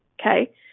Okay